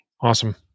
Awesome